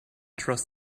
trust